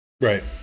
Right